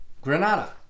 Granada